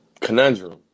Conundrum